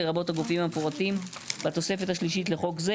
לרבות הגופים המפורטים בתוספת השלישית לחוק זה."